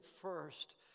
first